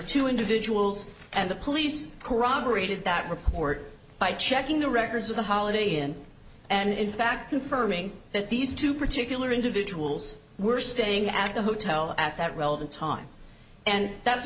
two individuals and the police corroborated that report by checking the records of the holiday inn and in fact confirming that these two particular individuals were staying at the hotel at that relevant time and that's